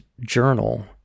journal